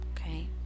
okay